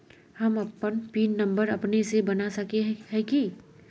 हम अपन pin number अपने से बना सके है की?